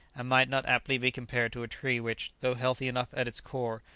and might not inaptly be compared to a tree which, though healthy enough at its core,